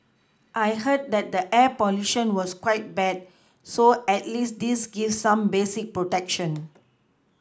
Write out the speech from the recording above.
I heard that the air pollution was quite bad so at least this gives some basic protection